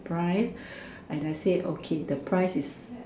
price and I say okay the price is